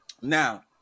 Now